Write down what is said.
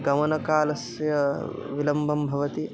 गमनकालस्य विलम्बं भवति